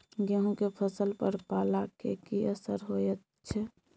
गेहूं के फसल पर पाला के की असर होयत छै?